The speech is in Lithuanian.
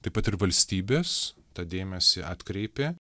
taip pat ir valstybės tą dėmesį atkreipė